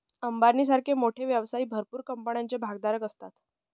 अंबानी सारखे मोठे व्यवसायी भरपूर कंपन्यांचे भागधारक असतात